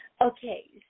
Okay